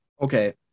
okay